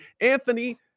anthony